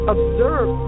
Observe